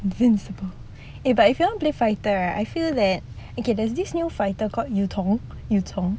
invincible eh but if you want play fighter right I feel that okay there's this new fighter called yu zhong yu zhong